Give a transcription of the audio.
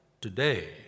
today